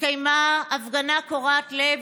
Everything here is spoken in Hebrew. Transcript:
התקיימה הפגנה קורעת לב,